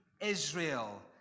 israel